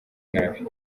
nabi